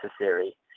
necessary